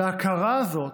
וההכרה הזאת